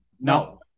No